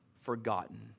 forgotten